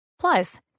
Plus